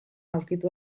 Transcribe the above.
aurkitu